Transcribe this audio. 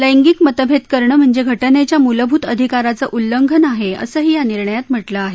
लैगिक मतभेद करणं म्हणजे घटनेच्या मूलभूत अधिकाराचं उल्लंघन आहे असंही या निर्णयात म्हटलं आहे